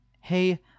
Hey